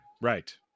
Right